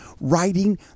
writing